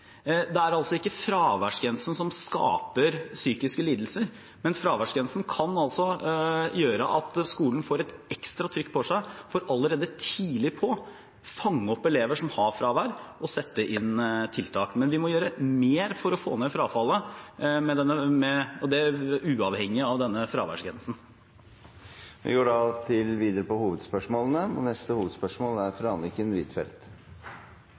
Det er altså ikke fraværsgrensen som skaper psykiske lidelser, men fraværsgrensen kan gjøre at skolen får et ekstra trykk på seg for allerede tidlig å fange opp elever som har fravær, og sette inn tiltak. Men vi må gjøre mer for å få ned frafallet – og det uavhengig av denne fraværsgrensen. Vi går videre til neste hovedspørsmål. Mitt spørsmål er